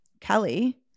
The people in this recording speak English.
Kelly